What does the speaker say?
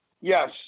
yes